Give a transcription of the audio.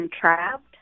trapped